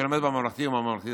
הוא שערורייתי, וגם עומד בניגוד